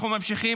אנחנו ממשיכים.